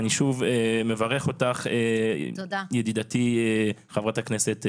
אני שוב מברך אותך ידידתי חבר הכנסת סילמן.